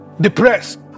depressed